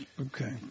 Okay